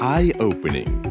Eye-opening